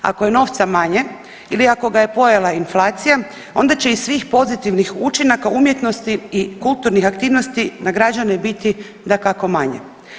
Ako je novca manje ili ako ga je pojela inflacija onda će iz svih pozitivnih učinaka umjetnosti i kulturnih aktivnosti na građane biti dakako manje.